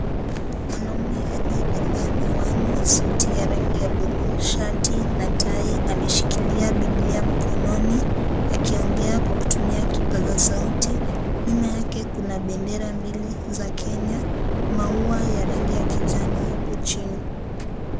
Mwanaume aliye valia miwani suti ya rangi ya bluu shati na tai, ameshikilia bibilia mkononi akiongea kwa kutumia kipasa sauti. Nyuma yake kuna bendera mbili za Kenya, maua ya rangi ya kijani yapo chini.